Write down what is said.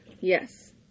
Yes